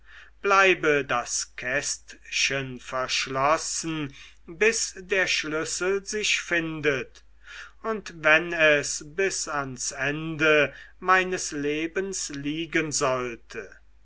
bleibe das kästchen verschlossen bis der schlüssel sich findet und wenn es bis ans ende meines lebens liegen sollte